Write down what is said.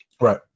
Right